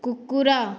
କୁକୁର